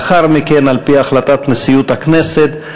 לאחר מכן, על-פי החלטת נשיאות הכנסת,